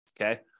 Okay